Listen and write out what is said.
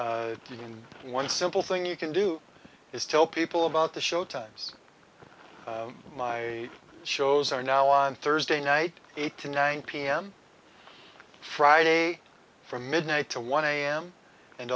even one simple thing you can do is tell people about the show times my shows are now on thursday night eight to nine pm friday from midnight to one am and